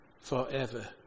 forever